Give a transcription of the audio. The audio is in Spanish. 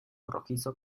rojizo